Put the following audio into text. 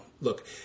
look